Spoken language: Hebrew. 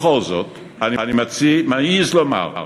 בכל זאת, אני מעז לומר,